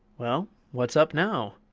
well, what's up now?